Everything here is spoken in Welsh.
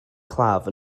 claf